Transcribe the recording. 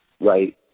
right